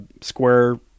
square